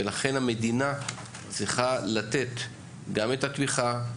ולכן המדינה צריכה לתת גם את התמיכה,